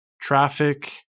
traffic